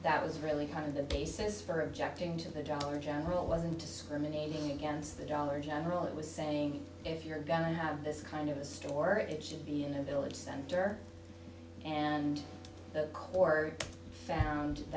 that was really kind of the basis for objecting to the dollar general wasn't discriminating against the dollar general it was saying if you're going to have this kind of a store it should be in a village center and that or found